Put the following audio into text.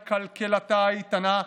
על כלכלתה האיתנה,